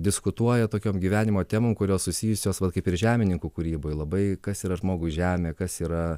diskutuoja tokiom gyvenimo temom kurios susijusios vat kaip ir žemininkų kūryboj labai kas yra žmogui žemė kas yra